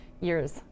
years